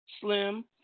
slim